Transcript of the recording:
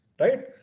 right